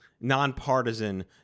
nonpartisan